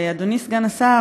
אדוני סגן השר,